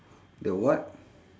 the what